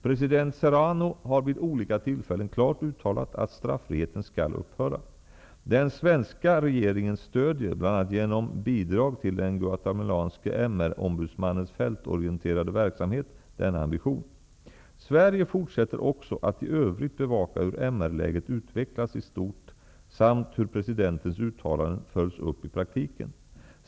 President Serrano har vid olika tillfällen klart uttalat att straffriheten skall upphöra. Den svenska regeringen stödjer, bl.a. genom bidrag till den guatemalanske MR-ombudsmannens fältorienterade verksamhet, denna ambition. Sverige fortsätter också att i övrigt bevaka hur MR läget utvecklas i stort samt hur presidentens uttalanden följs upp i praktiken.